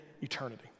eternity